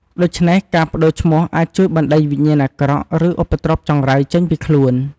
ដូច្នេះ ការប្ដូរឈ្មោះអាចជួយបណ្ដេញវិញ្ញាណអាក្រក់ឬឧបទ្រពចង្រៃចេញពីខ្លួន។